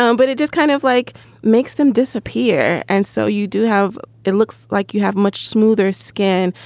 um but it just kind of like makes them disappear. and so you do have. it looks like you have much smoother skin.